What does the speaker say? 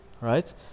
right